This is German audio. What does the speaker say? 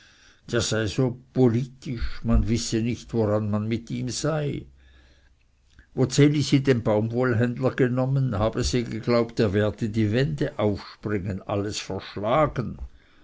politisch man wisse nicht woran man mit ihm sei wo ds elisi den baumwollenhändler genommen habe sie geglaubt er werde die wände auf springen alles verschlagen